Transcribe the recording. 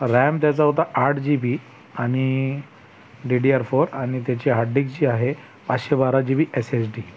RAM त्याचा होता आठ जी बी आणि डी डी आर फोर आणि त्याची हाड डिक जी आहे ती आहे पाचशे बारा G B S S D